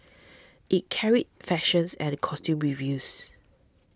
it carried fashions and the costume reviews